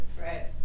Right